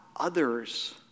Others